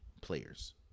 players